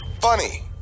Funny